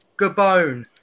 Gabon